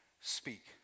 speak